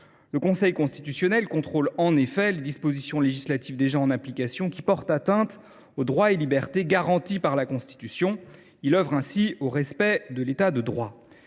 Le Conseil contrôle, en effet, les dispositions législatives déjà en application qui portent atteinte aux droits et libertés garantis par la Constitution. Il œuvre ainsi au respect de l’État de droit.